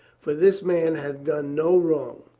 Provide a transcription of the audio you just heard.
for this man hath done no wrong.